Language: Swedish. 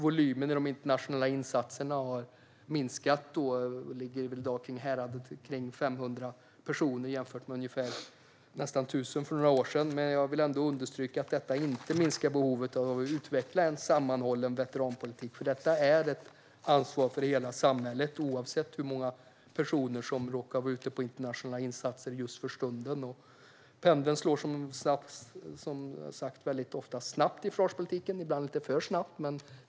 Volymen i de internationella insatserna har minskat och ligger i dag i häradet 500 personer, jämfört med nästan 1 000 för några år sedan. Jag vill understryka att detta inte minskar behovet av att utveckla en sammanhållen veteranpolitik. Detta är ett ansvar för hela samhället, oavsett hur många personer som råkar vara ute på internationella insatser just för stunden. Som jag har sagt slår pendeln slår ofta snabbt i försvarspolitiken, ibland lite för snabbt.